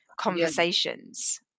conversations